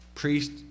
priest